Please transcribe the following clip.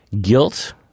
guilt